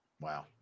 Wow